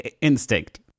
instinct